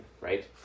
right